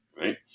right